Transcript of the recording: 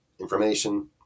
information